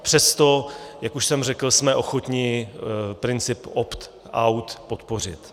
Přesto, jak už jsem řekl, jsme ochotni princip optout podpořit.